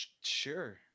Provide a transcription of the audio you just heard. Sure